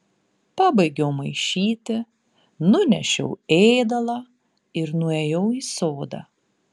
pabaigiau maišyti nunešiau ėdalą ir nuėjau į sodą